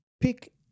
pick